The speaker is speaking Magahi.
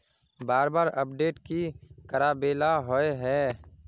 बार बार अपडेट की कराबेला होय है?